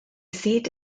seat